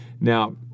now